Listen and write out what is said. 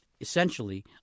essentially